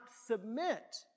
submit